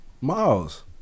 Miles